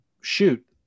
shoot